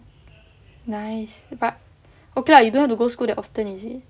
nice but okay lah you don't have to go school that often is it